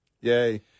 Yay